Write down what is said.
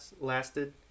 lasted